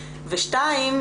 ודבר שני,